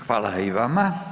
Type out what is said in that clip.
Hvala i vama.